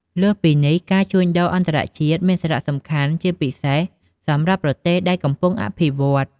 លើសពីនេះការជួញដូរអន្តរជាតិមាន សារៈសំខាន់ជាពិសេស សម្រាប់ប្រទេសដែលកំពុងអភិវឌ្ឃ។